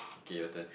okay your turn